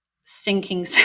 sinking